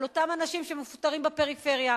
על אותם אנשים שמפוטרים בפריפריה.